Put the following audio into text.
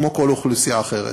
כמו כל אוכלוסייה אחרת,